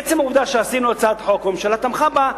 בעצם העובדה שעשינו הצעת חוק והממשלה תמכה בה,